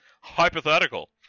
Hypothetical